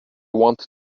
want